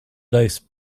dice